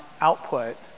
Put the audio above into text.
output